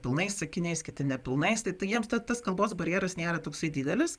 pilnais sakiniais kiti nepilnais tai tai jiems ta tas kalbos barjeras nėra toksai didelis